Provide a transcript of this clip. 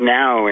now